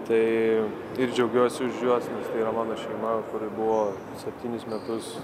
tai ir džiaugiuosi už juos čia yra mano šeima kuri buvo septynis metus